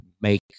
make